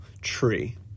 tree